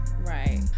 right